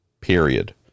period